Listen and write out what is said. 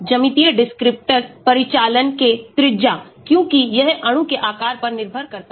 ज्यामितीय descriptors परिचलन के त्रिज्या क्योंकि यह अणु के आकार पर निर्भर करता है